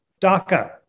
DACA